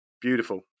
Beautiful